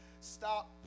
Stop